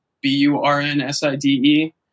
B-U-R-N-S-I-D-E